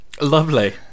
Lovely